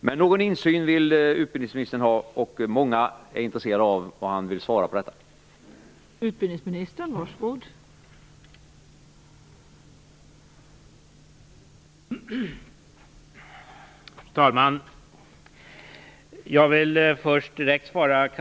Men någon insyn vill utbildningsministern ha, och många är intresserade av vad han svarar på denna fråga.